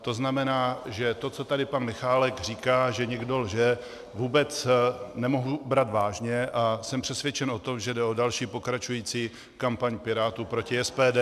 To znamená, že to, co tady pan Michálek říká, že někdo lže, vůbec nemohu brát vážně, a jsem přesvědčen o tom, že jde o další pokračující kampaň Pirátů proti SPD.